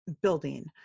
building